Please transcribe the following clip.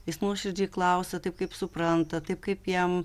jis nuoširdžiai klausia taip kaip supranta taip kaip jam